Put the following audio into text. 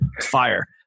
fire